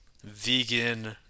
vegan